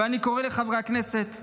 ואני קורא לחברי הכנסת,